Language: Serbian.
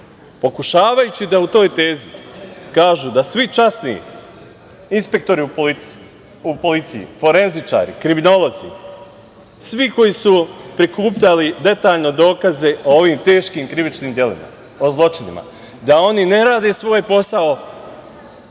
pokušavajući da u toj tezi kažu da svi časni inspektori u policiji, forenzičari, kriminolozi, svi koji su prikupljali detaljno dokaze o ovim teškim krivičnim delima, o zločinima, da oni ne rade svoj posao,